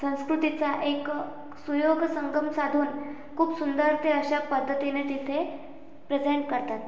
संस्कृतीचा एक सुयोग संगम साधून खूप सुंदर ते अशा पद्धतीने तिथे प्रेझेंट करतात